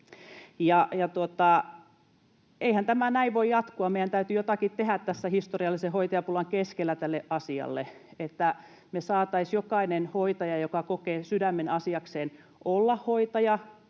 Eihän tämä näin voi jatkua. Meidän täytyy jotakin tehdä tässä historiallisen hoitajapulan keskellä tälle asialle, että me saisimme jokaisen hoitajan, joka kokee sydämenasiakseen olla hoitaja